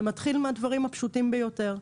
זה מתחיל מהדברים הפשוטים ביותר.